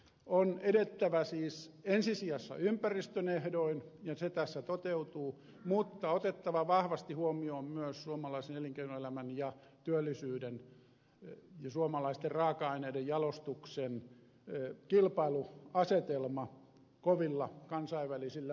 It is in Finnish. on edettävä siis ensi sijassa ympäristön ehdoin ja se tässä toteutuu mutta otettava vahvasti huomioon myös suomalaisen elinkeinoelämän ja työllisyyden ja suomalaisten raaka aineiden jalostuksen kilpailuasetelma kovilla kansainvälisillä markkinoilla